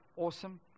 awesome